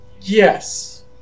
Yes